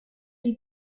die